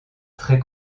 très